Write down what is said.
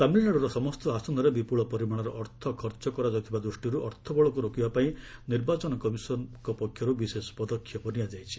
ତାମିଲ୍ନାଡୁର ସମସ୍ତ ଆସନରେ ବିପୁଳ ପରିମାଣରେ ଅର୍ଥ ଖର୍ଚ୍ଚ କରାଯାଉଥିବା ଦୃଷ୍ଟିରୁ ଅର୍ଥବଳକୁ ରୋକିବାପାଇଁ ନିର୍ବାଚନ କମିଶନ୍ ପକ୍ଷରୁ ବିଶେଷ ପଦକ୍ଷେପ ନିଆଯାଇଛି